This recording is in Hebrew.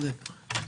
צודק.